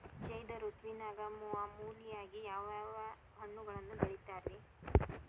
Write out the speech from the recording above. ಝೈದ್ ಋತುವಿನಾಗ ಮಾಮೂಲಾಗಿ ಯಾವ್ಯಾವ ಹಣ್ಣುಗಳನ್ನ ಬೆಳಿತಾರ ರೇ?